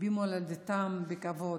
במולדתן בכבוד,